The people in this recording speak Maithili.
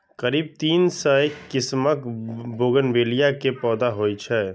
करीब तीन सय किस्मक बोगनवेलिया के पौधा होइ छै